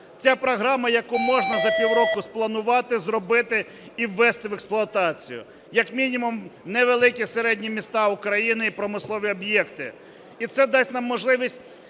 Ця програма, яку можна за пів року спланувати, зробити і ввести в експлуатацію, як мінімум невеликі, середні міста України і промислові об'єкти. І це дасть нам можливість